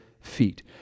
feet